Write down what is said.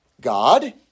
God